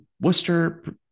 Worcester